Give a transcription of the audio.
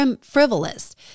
frivolous